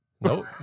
Nope